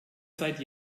seit